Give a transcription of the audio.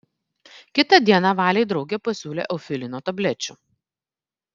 kitą dieną valei draugė pasiūlė eufilino tablečių